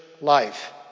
life